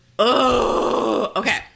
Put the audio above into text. okay